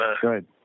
Good